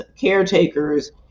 caretakers